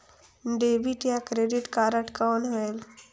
Debit या credit card कौन होएल?